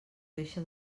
deixa